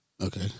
Okay